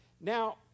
Now